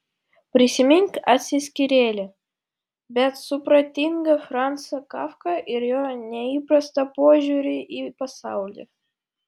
prisimink atsiskyrėlį bet supratingą francą kafką ir jo neįprastą požiūrį į pasaulį